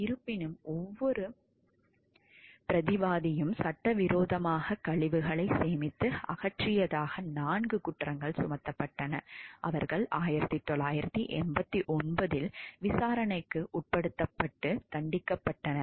இருப்பினும் ஒவ்வொரு பிரதிவாதியும் சட்டவிரோதமாக கழிவுகளை சேமித்து அகற்றியதாக 4 குற்றச்சாட்டுகள் சுமத்தப்பட்டன அவர்கள் 1989 இல் விசாரணைக்கு உட்படுத்தப்பட்டு தண்டிக்கப்பட்டனர்